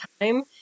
time